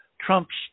Trump's